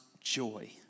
joy